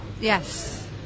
Yes